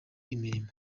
imirimo